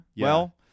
Well-